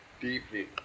deeply